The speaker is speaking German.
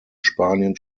spanien